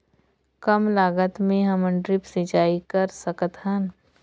कम लागत मे हमन ड्रिप सिंचाई कर सकत हन?